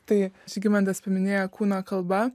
tai žygimantas paminėjo kūno kalba